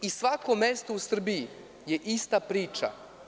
U svakom mestu u Srbiji je ista priča.